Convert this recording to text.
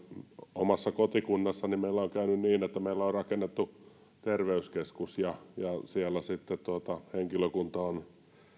omassa kotikunnassani meillä on käynyt niin että meillä on rakennettu terveyskeskus ja siellä sitten henkilökunta on